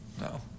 No